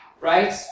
right